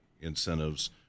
incentives